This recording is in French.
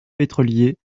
pétrolier